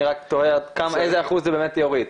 אני רק תוהה איזה אחוז זה באמת יוריד.